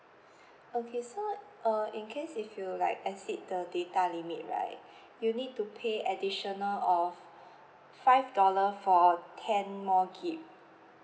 okay so uh in case if you like exceed the data limit right you need to pay additional of five dollar for ten more gig